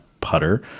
putter